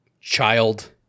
child